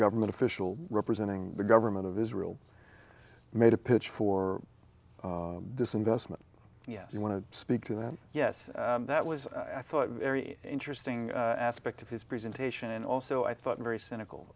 government official representing the government of israel made a pitch for disinvestment yes you want to speak to that yes that was i thought very interesting aspect of his presentation and also i thought very cynical